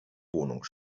wohnung